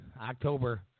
October